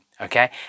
okay